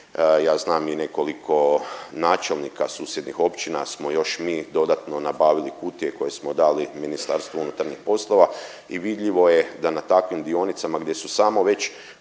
ja znam i nekoliko načelnika susjednih općina smo još mi dodatno nabavili kutije koje smo dali Ministarstvu unutarnjih poslova. I vidljivo je da na takvim dionicama gdje su samo već